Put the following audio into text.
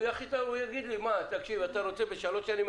הוא יגיד לי: אתה רוצה בשלוש שנים?